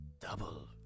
Double